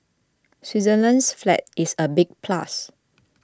Switzerland's flag is a big plus